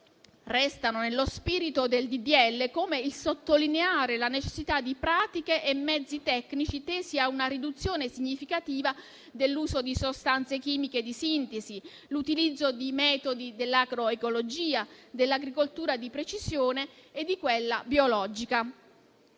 del disegno di legge, così come il sottolineare la necessità di pratiche e mezzi tecnici tesi a una riduzione significativa dell'uso di sostanze chimiche di sintesi, l'utilizzo di metodi dell'agro-ecologia, dell'agricoltura di precisione e di quella biologica.